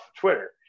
twitter